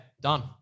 done